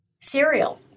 Cereal